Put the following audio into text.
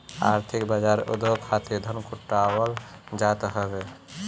आर्थिक बाजार उद्योग खातिर धन जुटावल जात हवे